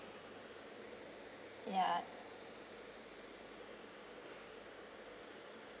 ya